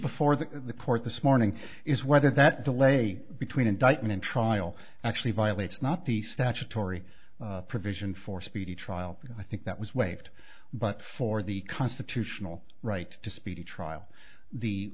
before the court this morning is whether that delay between indictment and trial actually violates not the statutory provision for speedy trial i think that was waived but for the constitutional right to speedy trial the